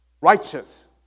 righteous